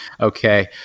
Okay